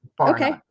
okay